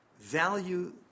value